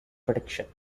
prediction